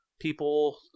people